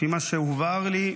לפי מה שהובהר לי,